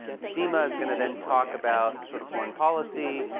seema is gonna then talk about sort of foreign policy,